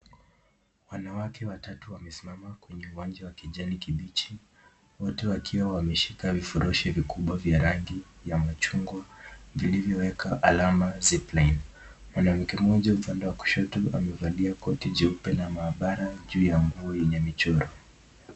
Wanawake watatu wamesimama kwenye uwanja wa kijani kibichi, wote wakiwa wameshika vifurushi vikubwa vya rangi ya machungwa vilivyoweka alama zipline. Mwanamke mmoja upande wa kushoto amevalia koti jeupe la maabara juu ya nguo yenye michoro.